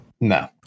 No